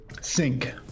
Sync